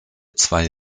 zwei